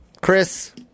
Chris